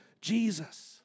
Jesus